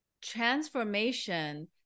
transformation